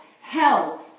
hell